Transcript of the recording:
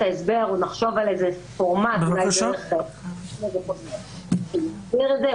ההסבר או נחשוב על איזה פורמט אולי דרך --- להסביר את זה.